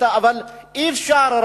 אבל אי-אפשר,